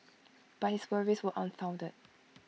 but his worries were unfounded